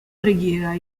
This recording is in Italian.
preghiera